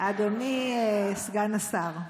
אדוני סגן השר,